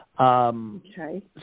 Okay